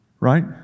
Right